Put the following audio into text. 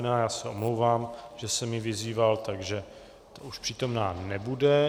Já se omlouvám, že jsem ji vyzýval, takže už přítomná nebude.